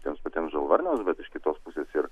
tiems patiems žalvarniams bet iš kitos pusės ir